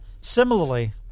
Similarly